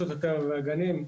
רשות הטבע והגנים,